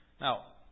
Now